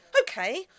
Okay